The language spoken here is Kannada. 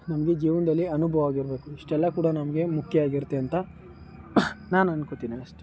ನಮಗೆ ಜೀವನದಲ್ಲಿ ಅನುಭವವಾಗಿರ್ಬೇಕು ಇಷ್ಟೆಲ್ಲ ಕೂಡ ನಮಗೆ ಮುಖ್ಯ ಆಗಿರುತ್ತೆ ಅಂತ ನಾನು ಅಂದ್ಕೊಳ್ತೀನಿ ಅಷ್ಟೆ